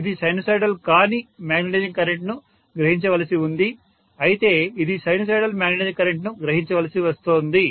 ఇది సైనుసోయిడల్ కాని మాగ్నెటైజింగ్ కరెంట్ను గ్రహించ వలసి ఉంది అయితే ఇది సైనుసోయిడల్ మాగ్నెటైజింగ్ కరెంట్ను గ్రహించ వలసి వస్తోంది